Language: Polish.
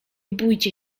bójcie